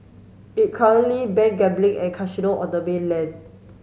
it currently ban gambling and casino on the mainland